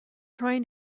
trying